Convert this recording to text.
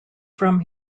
from